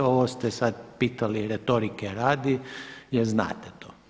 Ovo ste sad pitali retorike radi, jer znate to.